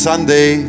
Sunday